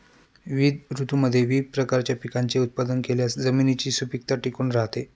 विविध ऋतूंमध्ये विविध प्रकारच्या पिकांचे उत्पादन केल्यास जमिनीची सुपीकता टिकून राहते